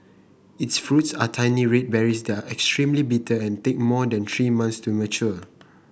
its fruits are tiny red berries that are extremely bitter and take more than three months to mature